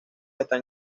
están